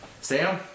Sam